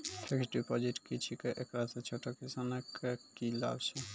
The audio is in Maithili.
फिक्स्ड डिपॉजिट की छिकै, एकरा से छोटो किसानों के की लाभ छै?